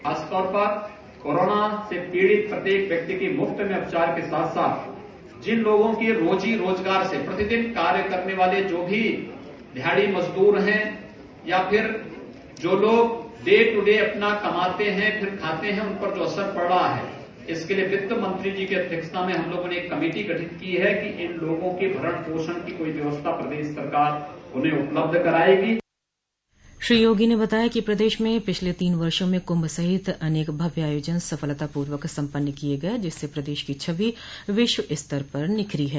खासतौर कोरोना से पीड़ित प्रत्येक व्यक्ति का मुफ़्त में उपचार के साथ साथ जिन लोगों के रोजी रोज़गार से प्रतिदिन कार्य करने का है जो भी दिहाड़ी मजदूर हैं या फिर जो लोग डे दू डे अपना कमाते हैं फिर खाते हैं उन पर जो असर पड़ रहा है इसके लिए वित्तमंत्री जी की अध्यक्षता में हम हम लोगों ने एक कमेटी गठित की है जो इन लोगों के भरण भोषण की कोई व्यवस्था प्रदेश सरकार उन्हें उपलब्ध करायेगी श्री योगी ने बताया कि प्रदेश में पिछले तीन वर्षो में क्रंभ सहित अनेक भव्य आयोजन सफलतापूर्वक सम्पन्न किये गये जिससे प्रदेश की छवि विश्वस्तर पर निखरी है